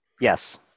Yes